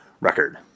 record